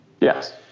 Yes